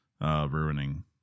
ruining